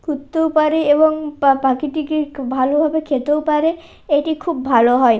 ঘুরতেও পারে এবং পাখিটি ভালোভাবে খেতেও পারে এটি খুব ভালো হয়